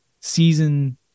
season